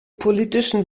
politischen